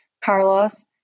carlos